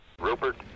Rupert